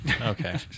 okay